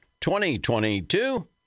2022